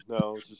no